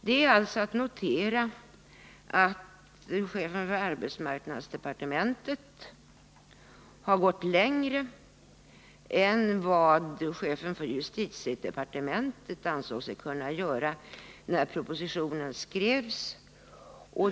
Det är alltså att notera att chefen för arbetsmarknadsdepartementet har gått längre än chefen för justitiedepartementet ansåg sig kunna göra när propositionen skrevs.